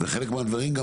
חלק מהדברים,